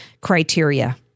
criteria